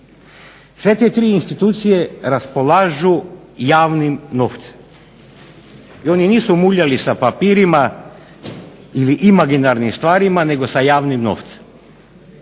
Sve te tri institucije raspolažu javnim novcem i oni nisu muljali sa papirima ili imaginarnim stvarima nego sa javnim novcem.